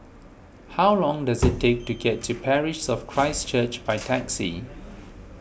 how long does it take to get to Parish of Christ Church by taxi